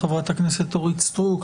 חברת הכנסת אורית סטרוק,